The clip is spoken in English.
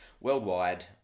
worldwide